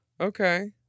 Okay